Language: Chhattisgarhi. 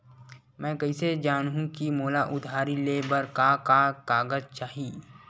मैं कइसे जानहुँ कि मोला उधारी ले बर का का कागज चाही?